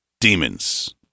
Demons